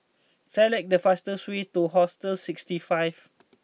select the fastest way to Hostel sixty five